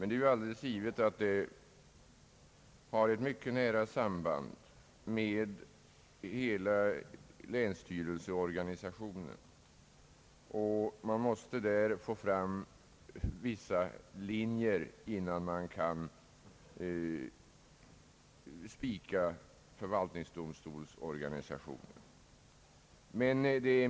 Det är dock alldeles givet att denna fråga har ett mycket nära samband med hela länsstyrelseorganisationen, och man måste där få fram vissa linjer innan förvaltningsdomstolsorganisationen kan spikas.